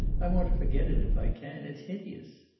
i want to forget it if i can. it's hideous.